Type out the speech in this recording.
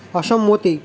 অসম্মতি